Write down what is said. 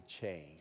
change